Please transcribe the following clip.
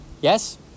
yes